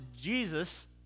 Jesus